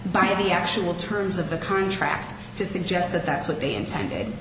by the actual terms of the contract to suggest that that's what they intended